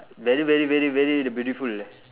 very very very very the beautiful ah